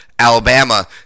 Alabama